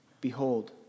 behold